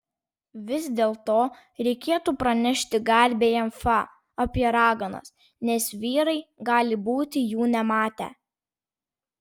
vis dėlto reikėtų pranešti garbiajam fa apie raganas nes vyrai gali būti jų nematę